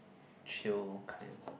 chill kind